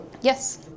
Yes